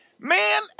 Man